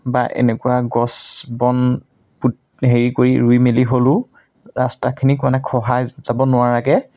বা এনেকুৱা গছ বন হেৰি কৰি ৰুই মেলি হ'লেও ৰাস্তাখিনিক মানে খহায় যাব নোৱাৰাকৈ